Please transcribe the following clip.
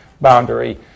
boundary